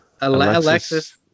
Alexis